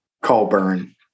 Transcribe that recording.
Colburn